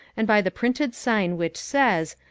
and by the printed sign which says,